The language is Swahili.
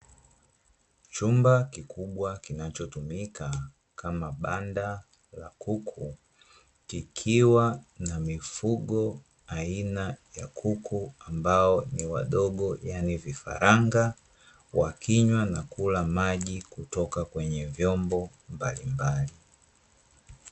Chumba kikubwa kinachotumika kama banda la kuku, kikiwa na mifugo aina ya kuku ambao ni wadogo yani vifaranga wakinywa na kula maji kutoka kwenye vyombo mbalimbali.